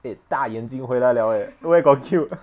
eh 大眼睛回来 liao eh where got cute